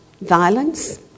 violence